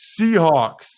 Seahawks